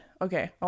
Okay